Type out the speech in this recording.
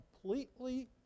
completely